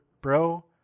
Bro